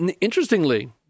Interestingly